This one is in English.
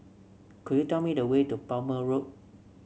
could you tell me the way to Palmer Road